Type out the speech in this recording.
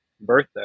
birthday